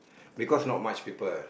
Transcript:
because not much people